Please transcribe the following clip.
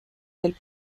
del